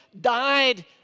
died